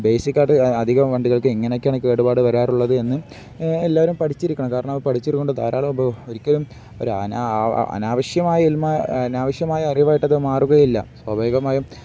ബേസിക്കായിട്ട് അധികം വണ്ടികൾക്ക് എങ്ങനെയൊക്കെയാണു കേടുപാട് വരാറുള്ളത് എന്ന് എല്ലാവരും പഠിച്ചിരിക്കണം കാരണം അത് പഠിച്ചിരിക്കുന്നതുകൊണ്ട് ധാരാളം ഒരിക്കലും ഒരു അനാവശ്യമായ അറിവായിട്ടതു മാറുകയില്ല സ്വാഭാവികമായും